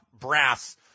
brass